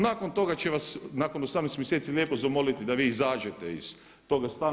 Nakon toga će vas, nakon 18 mjeseci lijepo zamoliti da vi izađete iz toga stana.